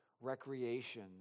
recreation